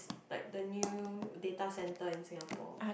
like the new data centre in Singapore